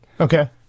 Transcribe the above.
Okay